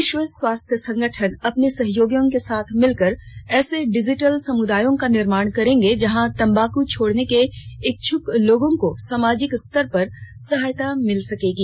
विश्व स्वास्थ्य संगठन अपने सहयोगियों के साथ मिलकर ऐसे डिजिटल समुदायों का निर्माण करेगा जहां तम्बाक छोड़ने के इच्छ्क लोगों को सामाजिक स्तर पर सहायता मिल सकेगी